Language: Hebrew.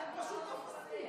אתם פשוט אפסים.